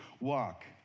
walk